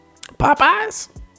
Popeyes